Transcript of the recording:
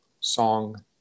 song